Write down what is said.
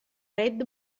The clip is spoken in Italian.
red